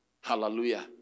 Hallelujah